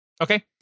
Okay